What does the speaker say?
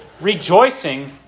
rejoicing